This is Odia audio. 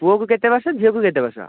ପୁଅକୁ କେତେ ବର୍ଷ ଝିଅକୁ କେତେ ବର୍ଷ